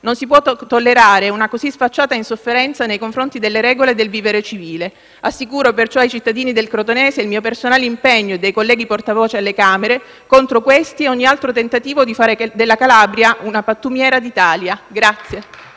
Non si può tollerare una così sfacciata insofferenza nei confronti delle regole del vivere civile. Assicuro perciò ai cittadini del Crotonese il mio personale impegno, e dei colleghi portavoce alle Camere, contro questi e ogni altro tentativo di fare della Calabria una pattumiera d'Italia.